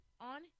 on